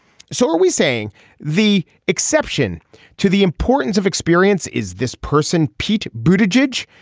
so are we saying the exception to the importance of experience. is this person pete booted george.